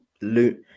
loot